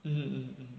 mm mm mm